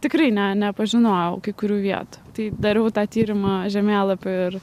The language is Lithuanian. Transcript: tikrai ne nepažinojau kai kurių vietų tai dariau tą tyrimą žemėlapių ir